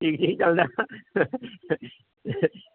ਏ C ਨਹੀਂ ਚਲਦਾ